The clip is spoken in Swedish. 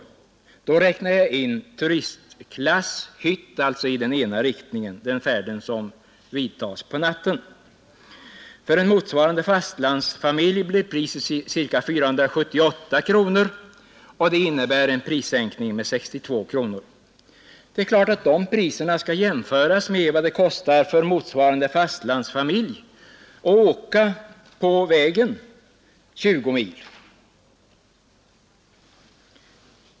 Priset innefattar hytt i turistklass i ena riktningen för den del av resan som företas på natten. För en motsvarande fastlandsfamilj blir priset ca 478 kronor. Det innebär en prissänkning med 62 kronor. De priserna skall jämföras med vad det kostar för motsvarande fastlandsfamilj att åka på landsvägen 20 mil.